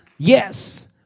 Yes